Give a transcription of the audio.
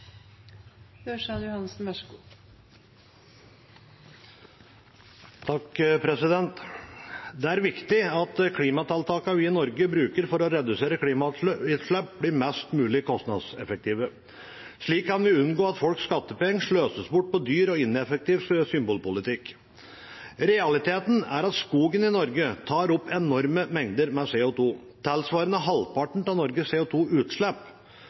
Det er viktig at klimatiltakene vi bruker i Norge for å redusere klimagassutslipp, blir mest mulig kostnadseffektive. Slik kan vi unngå at folks skattepenger sløses bort på dyr og ineffektiv symbolpolitikk. Realiteten er at skogen i Norge tar opp enorme mengder CO 2 , tilsvarende halvparten av Norges